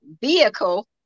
vehicle